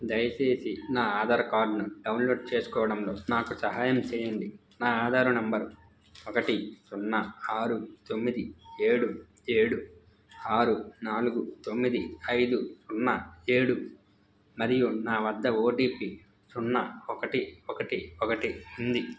దయచేసి నా ఆధార్ కార్డ్ను డౌన్లోడ్ చేసుకోవడంలో నాకు సహాయం చేయండి నా ఆధారు నెంబరు ఒకటి సున్నా ఆరు తొమ్మిది ఏడు ఏడు ఆరు నాలుగు తొమ్మిది ఐదు సున్నా ఏడు మరియు నా వద్ద ఓటీపీ సున్నా ఒకటి ఒకటి ఒకటి ఉంది